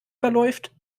verläuft